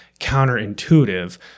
counterintuitive